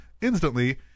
Instantly